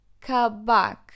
kabak